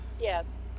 yes